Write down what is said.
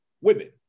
women